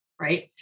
Right